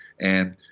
and